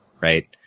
right